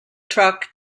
truck